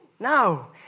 No